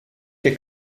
che